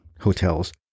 hotels